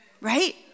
Right